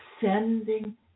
sending